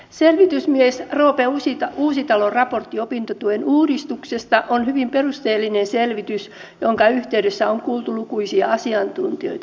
selvitysmies roope uusitalon raportti opintotuen uudistuksesta on hyvin perusteellinen selvitys jonka yhteydessä on kuultu lukuisia asiantuntijoita